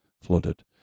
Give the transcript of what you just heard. flooded